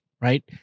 right